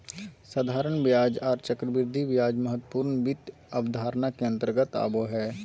साधारण ब्याज आर चक्रवृद्धि ब्याज महत्वपूर्ण वित्त अवधारणा के अंतर्गत आबो हय